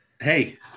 Hey